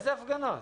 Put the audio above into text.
איזה הפגנות?